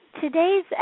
Today's